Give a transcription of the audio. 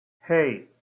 hey